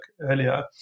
earlier